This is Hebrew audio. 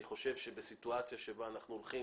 אני חושב שבסיטואציה בה אנחנו הולכים